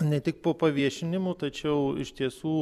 ne tik po paviešinimo tačiau iš tiesų